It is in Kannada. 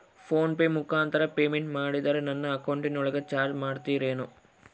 ಫೋನ್ ಪೆ ಮುಖಾಂತರ ಪೇಮೆಂಟ್ ಮಾಡಿದರೆ ನನ್ನ ಅಕೌಂಟಿನೊಳಗ ಚಾರ್ಜ್ ಮಾಡ್ತಿರೇನು?